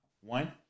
one